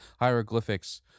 hieroglyphics